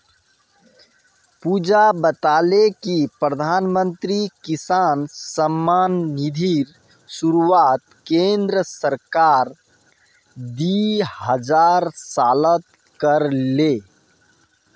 पुजा बताले कि प्रधानमंत्री किसान सम्मान निधिर शुरुआत केंद्र सरकार दी हजार सोलत कर ले